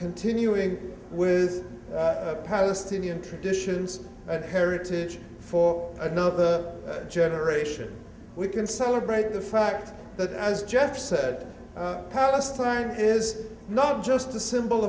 continuing with palestinian traditions and heritage for another generation we can celebrate the fact that as jeff said palestine is not just a symbol